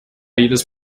jedes